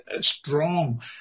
strong